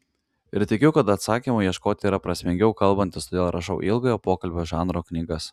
ir tikiu kad atsakymų ieškoti yra prasmingiau kalbantis todėl rašau ilgojo pokalbio žanro knygas